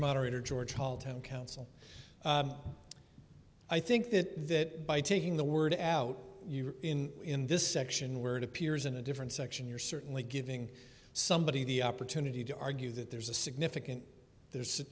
moderator george called him council i think that by taking the word out in in this section where it appears in a different section you're certainly giving somebody the opportunity to argue that there's a significant there's